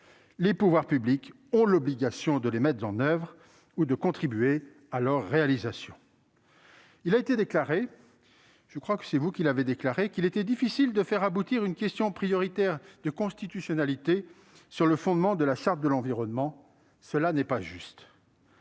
les pouvoirs publics ont l'obligation de les mettre en oeuvre ou de contribuer à leur réalisation. Vous avez également déclaré qu'il était difficile de faire aboutir une question prioritaire de constitutionnalité sur le fondement de la Charte de l'environnement. Cela n'est pas juste